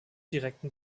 direkten